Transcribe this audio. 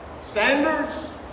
standards